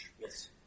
yes